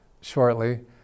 shortly